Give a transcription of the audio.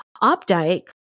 Opdyke